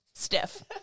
stiff